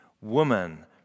woman